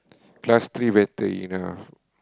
class three better enough